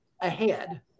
ahead